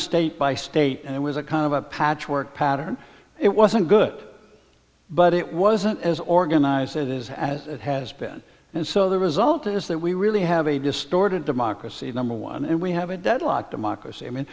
state by state and it was a kind of a patchwork pattern it wasn't good but it wasn't as organized as it is as it has been and so the result is that we really have a distorted democracy number one and we have a deadlock democracy i mean